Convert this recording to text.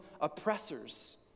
oppressors